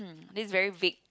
this very vague